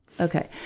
Okay